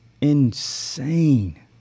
insane